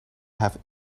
have